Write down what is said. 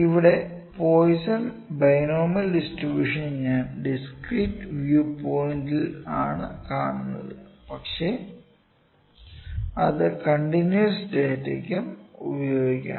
ഇവിടെ Poisson binomial distribution ഞാൻ discrete വ്യൂപോയിന്റിൽ ആണ് കാണിക്കുന്നത് പക്ഷെ അത് കണ്ടിന്യൂവസ് ഡാറ്റക്കും ഉപയോഗിക്കാം